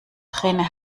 trainer